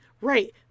Right